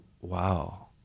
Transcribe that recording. wow